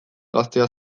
gaztea